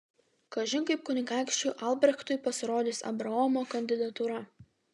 kažin kaip kunigaikščiui albrechtui pasirodys abraomo kandidatūra